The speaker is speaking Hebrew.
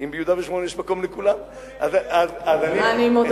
אם ביהודה